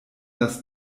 das